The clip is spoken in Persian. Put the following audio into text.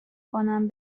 کنم